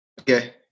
Okay